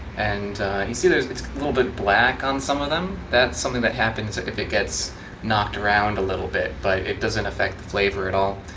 and you see there. it's a little bit black on some of them. that's something that happens if it gets knocked around a little bit but it doesn't affect the flavor at all.